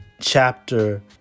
chapter